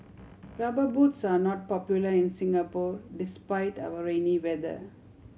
Rubber Boots are not popular in Singapore despite our rainy weather